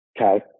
Okay